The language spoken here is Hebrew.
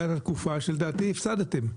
הייתה תקופה שלדעתי הפסדתם.